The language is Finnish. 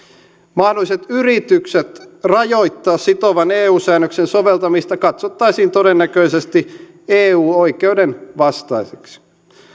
mahdolliset yritykset rajoittaa sitovan eu säännöksen soveltamista katsottaisiin todennäköisesti eu oikeuden vastaisiksi